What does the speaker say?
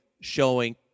showing